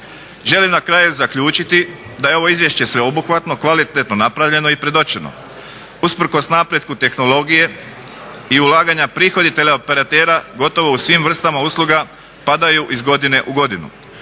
Želim na kraju zaključiti da je ovo izvješće sveobuhvatno, kvalitetno napravljeno i predočeno. Usprkos napretku tehnologije i ulaganja prihodi teleoperatera gotovo u svim vrstama usluga padaju iz godine u godinu.